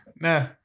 nah